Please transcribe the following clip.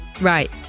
right